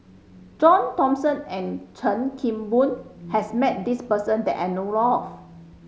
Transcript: John Thomson and Chan Kim Boon has met this person that I know of